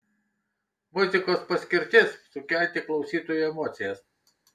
muzikos paskirtis sukelti klausytojui emocijas